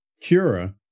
Cura